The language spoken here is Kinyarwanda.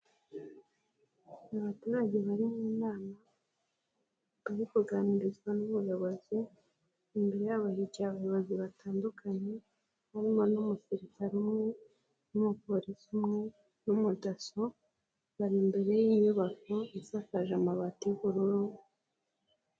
Abaturage bari mu nama bari kuganirizwa n'umuyobozi, imbere yabo hicaye abayobozi batandukanye harimo n'umusirikare umwe n'umupolisi umwe n'umudaso, bari imbere y'inyubako isakaje amabati y'ubururu.